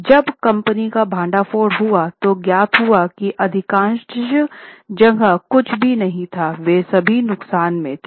जब कंपनी का भंडाफोड़ हुआ तो ज्ञात हुआ की अधिकांश जगह कुछ भी नहीं था वे सभी नुकसान में थे